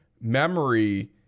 memory